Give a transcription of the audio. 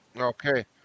Okay